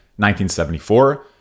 1974